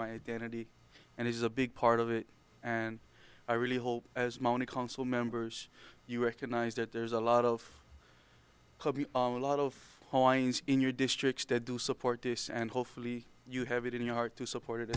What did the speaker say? my identity and it is a big part of it and i really hope as moni council members you recognize that there's a lot of a lot of points in your district to support this and hopefully you have it in your heart to support it